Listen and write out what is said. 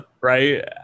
right